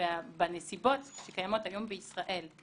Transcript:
בנסיבות שקיימות היום בישראל,